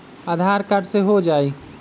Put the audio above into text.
आधार card से हो जाइ?